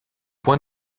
point